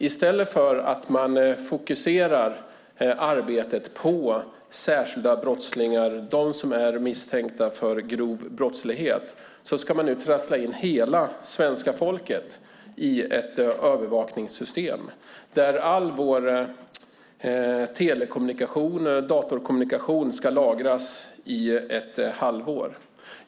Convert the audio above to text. I stället för att man fokuserar arbetet på särskilda brottslingar - dem som är misstänkta för grov brottslighet - ska man nu trassla in hela svenska folket i ett övervakningssystem där all vår telekommunikation och datorkommunikation ska lagras i ett halvår.